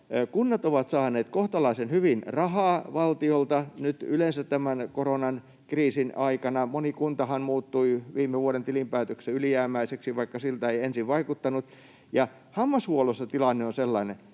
kunnat ovat saaneet kohtalaisen hyvin rahaa valtiolta nyt yleensä tämän koronakriisin aikana. Moni kuntahan muuttui viime vuoden tilinpäätöksessä ylijäämäiseksi, vaikka siltä ei ensin vaikuttanut. Ja hammashuollossa tilanne on sellainen,